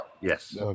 yes